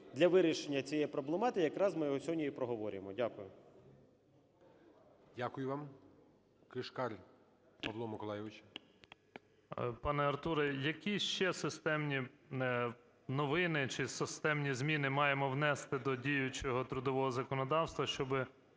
для вирішення цієї проблематика якраз ми його сьогодні і проговорюємо. Дякую. ГОЛОВУЮЧИЙ. Дякую вам. Кишкар Павло Миколайович. 13:59:50 КИШКАР П.М. Пане Артуре, які ще системні новини чи системні зміни маємо внести до діючого трудового законодавства, щоб